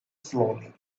slowly